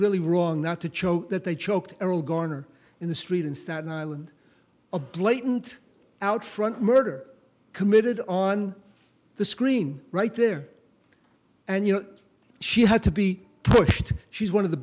really wrong not to cho that they choked erroll garner in the street in staten island a blatant outfront murder committed on the screen right there and you know she had to be pushed she's one of the